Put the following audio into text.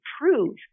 prove